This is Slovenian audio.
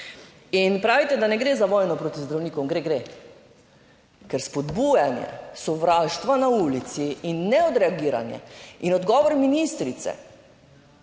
In pravite, da ne gre za vojno proti zdravnikom. Gre, gre, ker spodbujanje sovraštva na ulici in ne odreagiranje in odgovor ministrice,